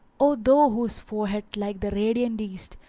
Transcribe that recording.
o thou whose forehead, like the radiant east,